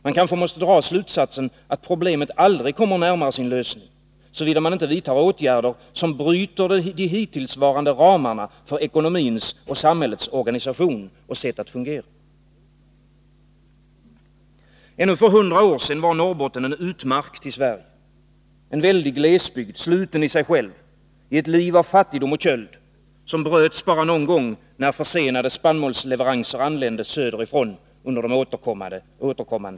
Man kanske måste dra slutsatsen, att problemet aldrig kommer närmare sin lösning, såvida man inte vidtar åtgärder som bryter de hittillsvarande ramarna för ekonomins och samhällets organisation och sätt att fungera. Ännu för 100 år sedan var Norrbotten en utmark till Sverige, en väldig glesbygd, sluten i sig själv i ett liv av fattigdom och köld, som bröts bara någon gång då försenade spannmålsleveranser anlände söderifrån under de återkommande svältåren.